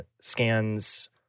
scans